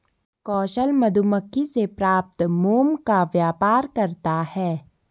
कौशल मधुमक्खी से प्राप्त मोम का व्यापार करता है